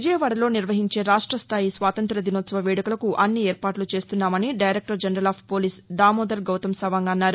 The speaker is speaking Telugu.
విజయవాడలో నిర్వహించే రాష్టస్థాయి స్వాతంత్యదినోత్సవ వేడుకలకు అన్ని ఏర్పాట్లు చేస్తున్నామని director general of police Damodar Gautam Sawang అన్నారు